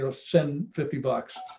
so send fifty bucks,